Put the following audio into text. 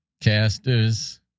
casters